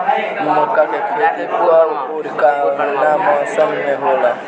मका के खेती कब ओर कवना मौसम में होला?